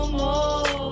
more